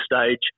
stage